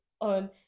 on